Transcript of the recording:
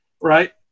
right